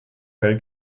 welt